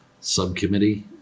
subcommittee